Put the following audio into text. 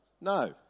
no